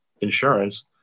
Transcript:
insurance